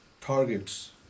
targets